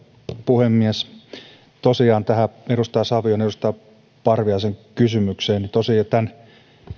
puhemies edustaja savion ja edustaja parviaisen kysymykseen tämän